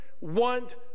want